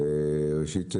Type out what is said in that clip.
ראשית,